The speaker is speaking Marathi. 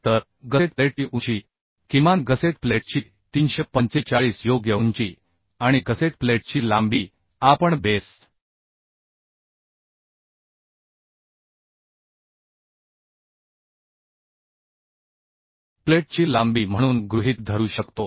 तर गसेट प्लेटची उंची किमान गसेट प्लेटची 345 योग्य उंची आणि गसेट प्लेटची लांबी आपण बेस प्लेटची लांबी म्हणून गृहीत धरू शकतो